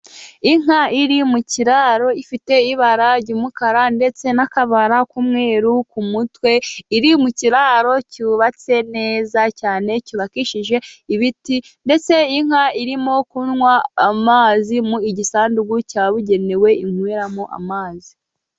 Inka iri mu kiraro ifite ibara ry'umukara, ndetse n'akabara k'umweru ku mutwe, iri mu kiraro cyubatse neza cyane cyubakishije ibiti, ndetse inka irimo kunywa amazi mu gisanduku cyabugenewe inyweramo amazi.